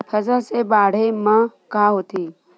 फसल से बाढ़े म का होथे?